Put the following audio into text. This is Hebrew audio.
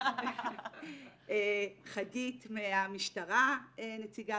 חגית מהמשטרה נציגה,